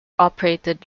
operated